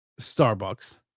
Starbucks